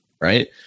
right